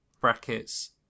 Brackets